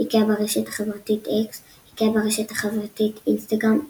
אקס איקאה, ברשת החברתית אינסטגרם איקאה,